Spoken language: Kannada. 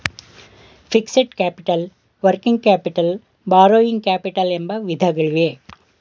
fixed capital working capital borrowing capital ಎಂಬ ವಿಧಗಳಿವೆ